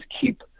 keep